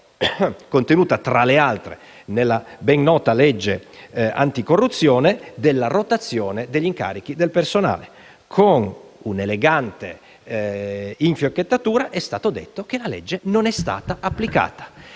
contenuta, tra le altre, nella ben nota legge anticorruzione, sulla rotazione degli incarichi del personale. Con un'elegante infiocchettatura, è stato detto che la legge non è stata applicata: